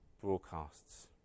broadcasts